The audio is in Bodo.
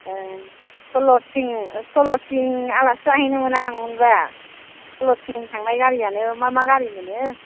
ओं सल'थिं सल'थिं आलासि जाहैनोमोन आं मोनबा सल'थिं थांनाय गारियानो मा मा गारि मोनो